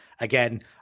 Again